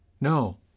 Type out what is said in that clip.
No